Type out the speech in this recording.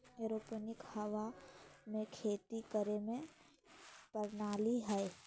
aeroponic हवा में खेती करे के प्रणाली हइ